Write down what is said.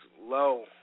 low